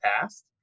past